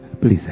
please